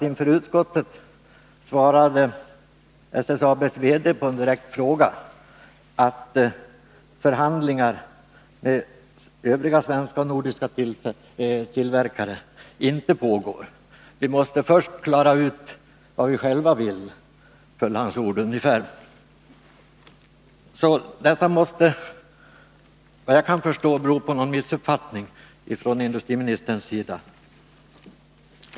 Inför utskottet svarade SSAB:s VD på en direkt fråga att förhandlingar med övriga svenska och nordiska tillverkare inte pågår. Vi måste först klara ut vad vi själva vill, föll hans ord ungefär. Detta måste, såvitt jag kan förstå, bero på någon missuppfattning från industriministerns sida.